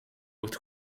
wordt